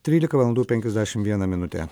trylika valandų penkiasdešim viena minutė